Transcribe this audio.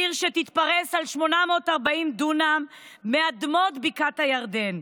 עיר שתתפרס על 840 דונם מאדמות בקעת הירדן,